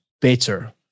better